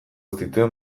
zituen